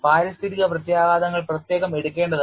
പാരിസ്ഥിതിക പ്രത്യാഘാതങ്ങൾ പ്രത്യേകം എടുക്കേണ്ടതായിരുന്നു